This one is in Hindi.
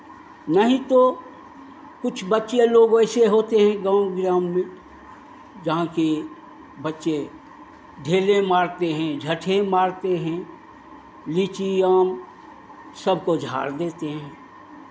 नहीं तो कुछ बच्चे लोग वैसे होते हैं गांव ग्राम में जहाँ के बच्चे ढेले मारते हैं झटहे मारते हैं लीची आम सबको झाड़ देते हैं